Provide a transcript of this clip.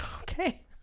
Okay